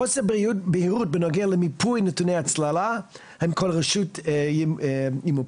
4.חוסר בהירות בנוגע למיפוי נתוני הצללה (האם כל הרשויות ימופו,